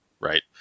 right